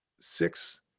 six